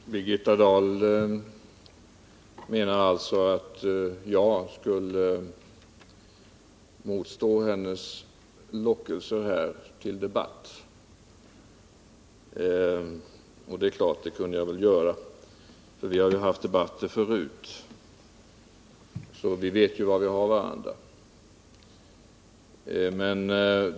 Herr talman! Birgitta Dahl menar alltså att jag skulle motstå hennes ”lockelser” till debatt. Det skulle jag väl också ha kunnat göra — vi har ju fört debatter förut och vet därför var vi har varandra.